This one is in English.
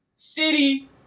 city